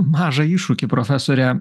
mažą iššūkį profesore